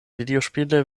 videospiele